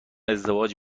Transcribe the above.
ازدواج